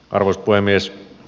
arvoisa puhemies